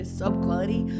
sub-quality